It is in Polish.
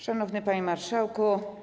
Szanowny Panie Marszałku!